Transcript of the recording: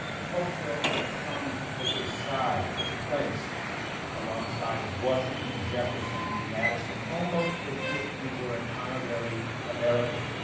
tocqueville has come to take his side, his place alongside of washington, jefferson and madison almost as if he were an honorary american.